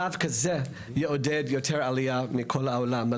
דווקא זה יעודד יותר עלייה מכל העולם.